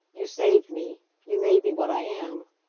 you saved me you made me what i am.